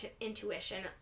intuition